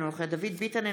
אינו נוכח דוד ביטן,